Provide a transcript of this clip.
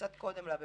וקצת קודם לה,